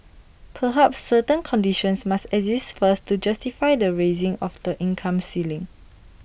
perhaps certain conditions must exist first to justify the raising of the income ceiling